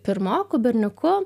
pirmoku berniuku